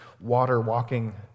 water-walking